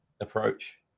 approach